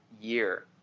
year